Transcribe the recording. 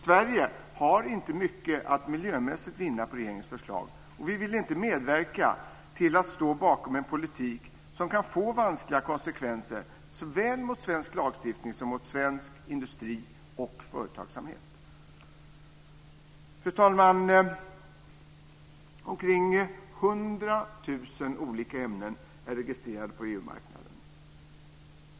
Sverige har inte mycket att miljömässigt vinna på regeringens förslag, och vi vill inte medverka till att stå bakom en politik som kan få vanskliga konsekvenser såväl mot svensk lagstiftning som mot svensk industri och företagsamhet. Fru talman! Omkring 100 000 olika ämnen är registrerade på EU-marknaden.